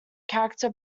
character